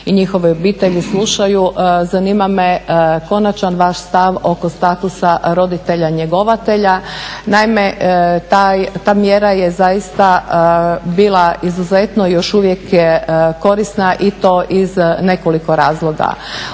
i njihove obitelji slušaju, zanima me konačan vaš stav oko statusa roditelja njegovatelja? Naime, ta mjera je zaista bila izuzetno, još uvijek je korisna i to iz nekoliko razloga.